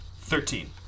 Thirteen